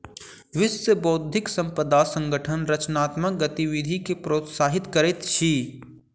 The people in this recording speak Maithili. विश्व बौद्धिक संपदा संगठन रचनात्मक गतिविधि के प्रोत्साहित करैत अछि